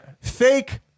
Fake